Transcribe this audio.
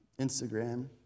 Instagram